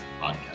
Podcast